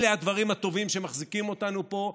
אלה הדברים הטובים שמחזיקים אותנו פה,